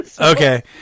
Okay